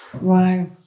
Wow